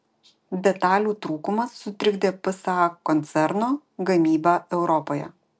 detalių trūkumas sutrikdė psa koncerno gamybą europoje